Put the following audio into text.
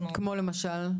כמו מה למשל?